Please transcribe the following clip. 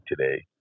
today